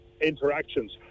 interactions